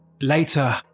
Later